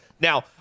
Now